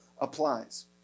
applies